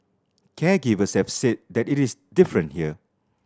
caregivers have said that it is different here